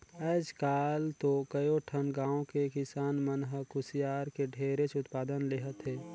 आयज काल तो कयो ठन गाँव के किसान मन ह कुसियार के ढेरेच उत्पादन लेहत हे